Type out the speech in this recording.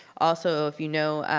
also if you know,